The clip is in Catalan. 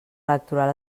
electoral